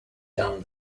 down